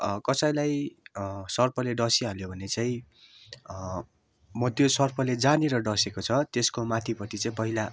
कसैलाई सर्पले डसी हाल्यो भने चाहिँ म त्यो सर्पले जहाँनेर डसेको छ त्यसको माथिपट्टि चाहिँ पहिला